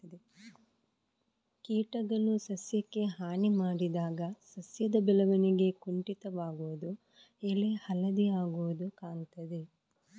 ಕೀಟಗಳು ಸಸ್ಯಕ್ಕೆ ಹಾನಿ ಮಾಡಿದಾಗ ಸಸ್ಯದ ಬೆಳವಣಿಗೆ ಕುಂಠಿತವಾಗುದು, ಎಲೆ ಹಳದಿ ಆಗುದು ಕಾಣ್ತದೆ